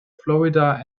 florida